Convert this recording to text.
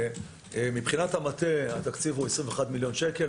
מבחינת המטה התקציב הוא 21 מיליון שקל,